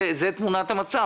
זה תמונת המצב.